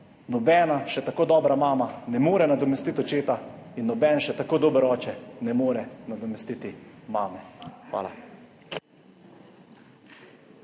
nobena še tako dobra mama ne more nadomestiti očeta in noben še tako dober oče ne more nadomestiti mame. Hvala.